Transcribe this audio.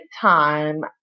time